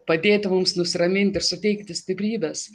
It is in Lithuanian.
padėti mums nusiraminti ir suteikti stiprybės